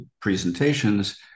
presentations